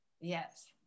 Yes